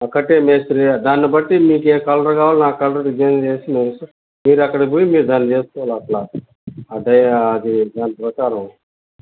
ఆ కట్టే మేస్త్రి దాన్నిబట్టి మీకు ఏ కలర్ కావాలో ఆ కలర్ డిజైన్ చేసి మేము ఇస్తాము మీరు అక్కడికి పోయి మీరు దాన్ని చేసుకోవాలి అట్లా అదే అది దాని ప్రకారం